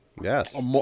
Yes